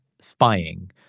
spying